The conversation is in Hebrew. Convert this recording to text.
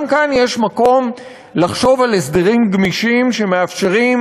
גם כאן יש מקום לחשוב על הסדרים גמישים שמאפשרים